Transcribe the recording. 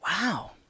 Wow